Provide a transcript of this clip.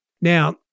Now